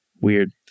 weird